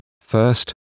first